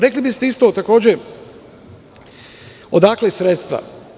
Rekli biste isto takođe, odakle sredstva?